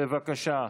בבקשה.